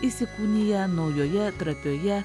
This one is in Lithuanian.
įsikūnija naujoje trapioje